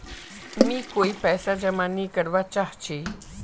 मी कोय पैसा जमा नि करवा चाहची